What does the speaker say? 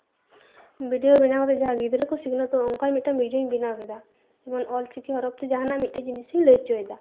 video ᱵᱮᱱᱟᱣ ᱠᱟᱛᱮ ᱡᱟᱦᱟᱸ ᱜᱤᱫᱽᱨᱟᱹ ᱠᱚ ᱥᱤᱠᱷᱱᱟᱹᱛᱚᱜ ᱚᱱᱠᱟᱱ ᱢᱤᱫᱴᱟᱱ ᱵᱷᱤᱰᱭᱳᱧ ᱵᱮᱱᱟᱣ ᱠᱮᱫᱟ ᱡᱮᱢᱚᱱ ᱚᱞ ᱪᱤᱠᱤ ᱦᱚᱨᱚᱯ ᱛᱮ ᱡᱟᱦᱟᱱᱟᱜ ᱢᱤᱫᱴᱮᱡ ᱡᱤᱱᱤᱥᱤᱧ ᱞᱟᱹᱭ ᱦᱚᱪᱚᱭᱮᱫᱟ